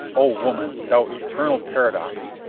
oh, woman, thou eternal paradox!